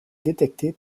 détectées